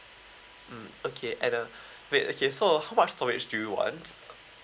mm okay and uh wait okay so how much storage do you want